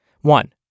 One